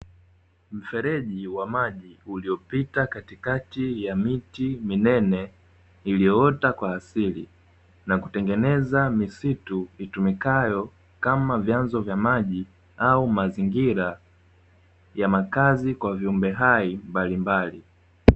Mfereji wa maji uliopita katikati ya miti minene iliyoota kwa asili, na kutengeneza misitu itumikayo kama vyanzo vya maji au mazingira ya makazi kwa viumbe hai mbalimbali.